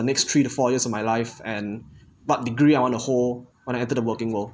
the next three to four years of my life and what degree I want to hold when I enter the working world